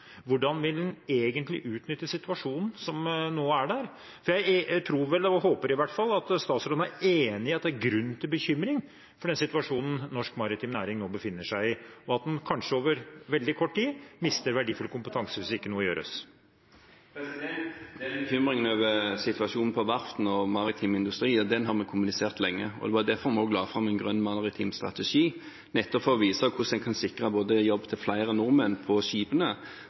Hvordan vil han egentlig utnytte situasjonen som nå er der? Jeg tror vel, og håper i hvert fall, at statsråden er enig i at det er grunn til bekymring over den situasjonen norsk maritim næring nå befinner seg i, og at man kanskje på veldig kort tid mister verdifull kompetanse hvis ikke noe gjøres. Bekymringen over situasjonen på verftene og i maritim industri har vi kommunisert lenge. Det var derfor vi også la fram en grønn maritim strategi – nettopp for å vise hvordan en kan sikre jobb til flere nordmenn på skipene,